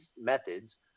methods